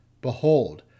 Behold